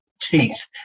teeth